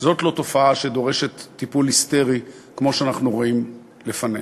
זאת לא תופעה שדורשת טיפול היסטרי כמו שאנחנו רואים לפנינו.